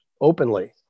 openly